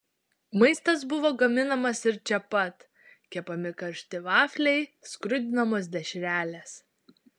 maistas buvo gaminamas ir čia pat kepami karšti vafliai skrudinamos dešrelės